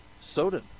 soden